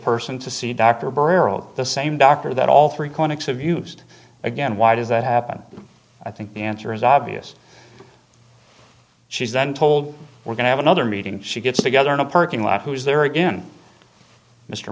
person to see dr berl the same doctor that all three clinics have used again why did that happen i think the answer is obvious she's then told we're gonna have another meeting she gets together in a parking lot who is there in mr